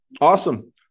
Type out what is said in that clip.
Awesome